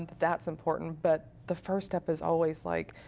that's important. but the first step is always like,